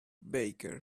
baker